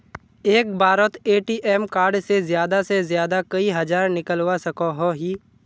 एक बारोत ATM card से ज्यादा से ज्यादा कई हजार निकलवा सकोहो ही?